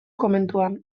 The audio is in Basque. komentuan